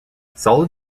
solid